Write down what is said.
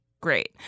great